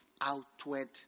outward